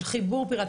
של חיבור פיראטי,